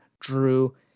Drew